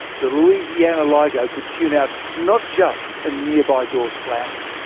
the louisiana ligo could tune out, not just a nearby door slamming,